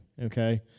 Okay